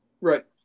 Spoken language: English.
Right